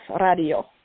Radio